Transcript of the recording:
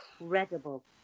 incredible